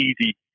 easy